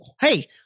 hey